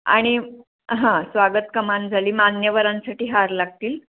आणि हां स्वागत कमान झाली मान्यवरांसाठी हार लागतील